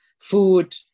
food